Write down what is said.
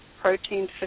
Protein